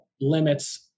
limits